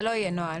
זה לא יהיה נוהל,